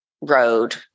road